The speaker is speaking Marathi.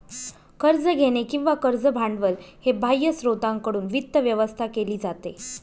कर्ज घेणे किंवा कर्ज भांडवल हे बाह्य स्त्रोतांकडून वित्त व्यवस्था केली जाते